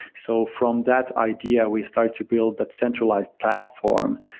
so from that idea, we start to build that centralized platform